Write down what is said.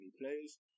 players